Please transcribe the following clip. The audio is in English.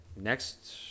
next